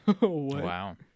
Wow